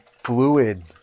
fluid